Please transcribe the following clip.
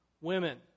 women